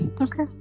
okay